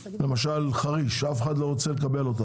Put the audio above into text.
למשל חריש אף אחד לא רוצה לקבל אותם,